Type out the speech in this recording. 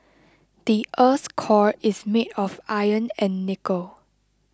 the earth's core is made of iron and nickel